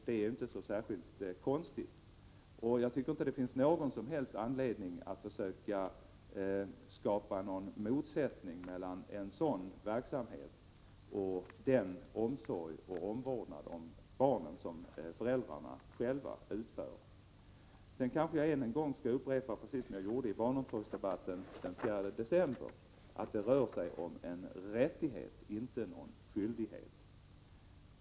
Det är inte särskilt konstigt, och jag tycker inte att det finns någon som helst anledning att försöka skapa någon motsättning mellan sådan verksamhet och den omsorg och omvårdnad om barnen som föräldrarna själva står för. Sedan kanske jag än en gång skall upprepa — precis som jag gjorde i barnomsorgsdebatten den 4 december — att det rör sig om en rättighet, inte en skyldighet.